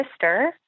sister